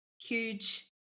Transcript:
huge